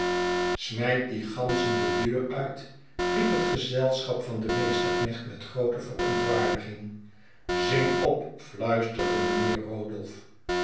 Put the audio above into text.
smijt die ganzen de deur uitl riep het gezelschap van den meesterknecht met groote verontwaardiging zing op i fluisterde mijnheer